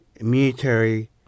military